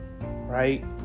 right